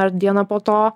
ar dieną po to